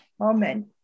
Amen